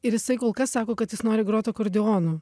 ir jisai kol kas sako kad jis nori grot akordeonu